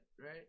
right